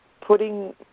putting